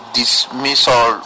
dismissal